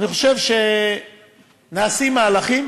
אני חושב שנעשים מהלכים